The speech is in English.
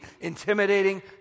intimidating